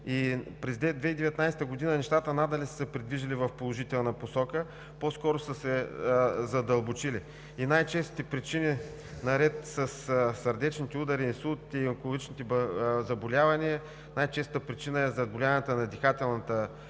През 2019 г. нещата надали са се придвижили в положителна посока, по-скоро са се задълбочили. Най-честата причина, наред със сърдечните удари, инсултите и онкологичните заболявания, е заболяванията на дихателната